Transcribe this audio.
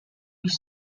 his